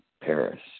Paris